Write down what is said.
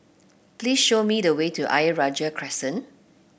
please show me the way to Ayer Rajah Crescent